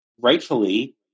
rightfully